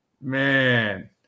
man